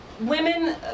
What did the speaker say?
Women